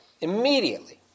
Immediately